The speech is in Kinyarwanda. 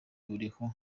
buriho